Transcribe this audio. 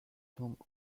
donc